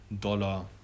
dollar